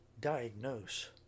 diagnose